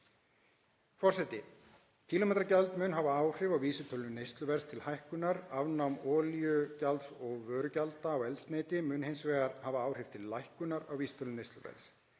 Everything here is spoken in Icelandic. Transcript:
Forseti. Kílómetragjaldið mun hafa áhrif á vísitölu neysluverðs til hækkunar. Afnám olíugjalds og vörugjalda á eldsneyti mun hins vegar hafa áhrif til lækkunar á vísitölu neysluverðs.